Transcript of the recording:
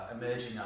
emerging